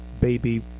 baby